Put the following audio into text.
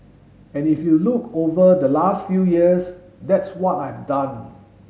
and if you look over the last few years that's what I've done